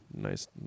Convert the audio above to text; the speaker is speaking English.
nice